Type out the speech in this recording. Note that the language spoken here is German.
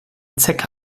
zecke